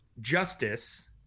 justice